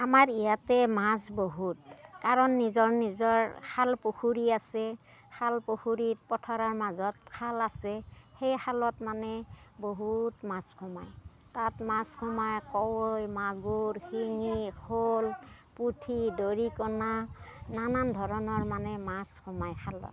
আমাৰ ইয়াতে মাছ বহুত কাৰণ নিজৰ নিজৰ খাল পুখুৰী আছে খাল পুখুৰীত পথাৰৰ মাজত খাল আছে সেই খালত মানে বহুত মাছ সোমাই তাত মাছ সোমাই কাৱৈ মাগুৰ শিঙি শ'ল পুঠি দৰিকনা নানান ধৰণৰ মানে মাছ সোমাই খালত